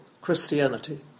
Christianity